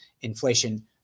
inflation